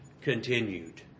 continued